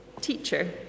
teacher